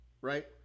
Right